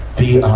the, um,